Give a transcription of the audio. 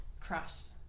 cross